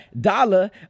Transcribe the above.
dollar